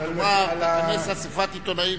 תכנס אספת עיתונאים,